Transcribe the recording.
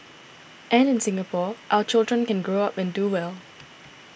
and in Singapore our children can grow up and do well